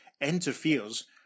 interferes